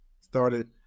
started